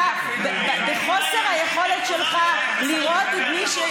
בחוסר היכולת שלך לראות את מי,